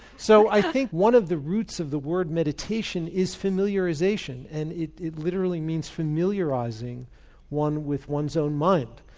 so i think one of the roots of the word meditation is familiarisation and it literally means familiarising one with one's own mind.